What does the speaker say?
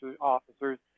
officers